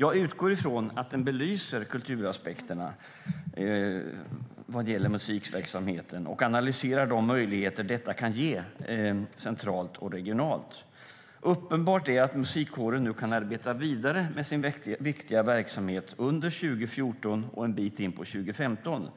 Jag utgår från att den belyser kulturaspekterna vad gäller musikverksamheten och analyserar de möjligheter detta kan ge centralt och regionalt. Uppenbart är att musikkåren kan arbeta vidare med sin viktiga verksamhet under 2014 och en bit in på 2015.